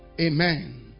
amen